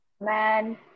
Man